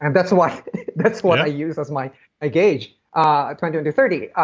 and that's what that's what i use as my ah gauge, ah twenty one to thirty.